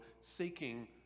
seeking